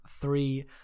three